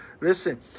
listen